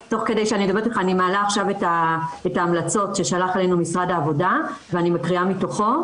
אני מעלה את ההמלצות ששלח לנו משרד העבודה ואני מקריאה מתוכו